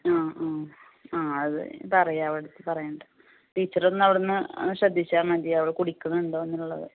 ആ ആ ആ അത് പറയാം അവളടുത്ത് പറയണ്ട് ടീച്ചറൊന്ന് അവിടുന്ന് ശ്രദ്ധിച്ചാൽ മതി അവൾ കുടിക്ക്ണ്ണ്ടോന്നുള്ളത്